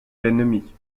l’ennemi